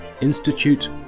Institute